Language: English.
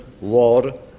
war